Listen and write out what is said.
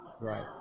right